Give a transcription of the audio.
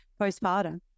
postpartum